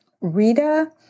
Rita